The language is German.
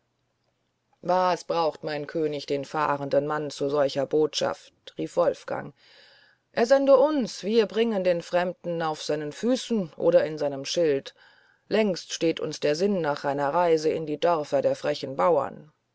was braucht mein könig den fahrenden mann zu solcher botschaft rief wolfgang er sende uns wir bringen den fremden auf seinen füßen oder in seinem schild längst steht uns der sinn nach einer reise in die dörfer der frechen bauern